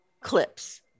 clips